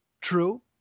true